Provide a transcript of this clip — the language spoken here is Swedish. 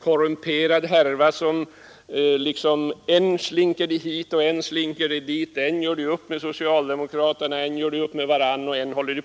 korrumperad härva som än slinker hit och än slinker dit, än gör upp med socialdemokraterna och än gör upp med varandra.